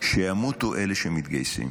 שימותו אלה שמתגייסים.